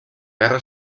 guerra